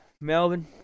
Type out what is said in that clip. Melbourne